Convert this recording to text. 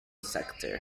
sector